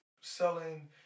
selling